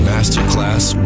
Masterclass